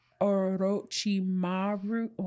orochimaru